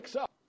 up